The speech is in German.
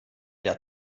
der